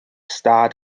stad